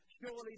Surely